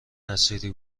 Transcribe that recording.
نصیری